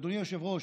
אדוני היושב-ראש,